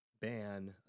ban